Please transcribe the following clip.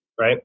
Right